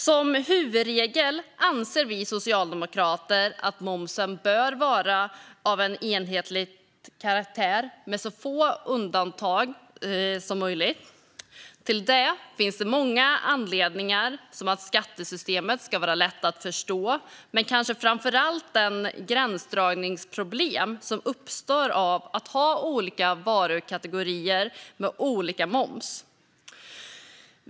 Som huvudregel anser vi socialdemokrater att momsen bör vara av enhetlig karaktär med så få undantag som möjligt. Det finns många anledningar till detta, som att skattesystemet ska vara lätt att förstå, men kanske framför allt den snedvridning av konkurrensen som skilda skattesatser kan leda till genom de gränsdragningsproblem som uppstår av att ha olika varukategorier med olika moms.